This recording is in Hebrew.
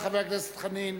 חבר הכנסת חנין.